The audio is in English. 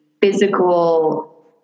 Physical